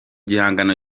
gihangano